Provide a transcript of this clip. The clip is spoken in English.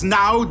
now